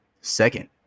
second